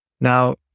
Now